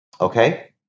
Okay